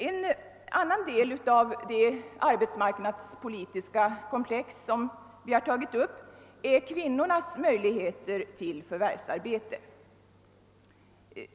En annan del av det arbetsmarknadspolitiska komplex som vi tagit upp är kvinnornas möjligheter till förvärvsarbete.